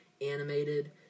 animated